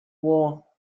war